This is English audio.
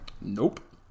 Nope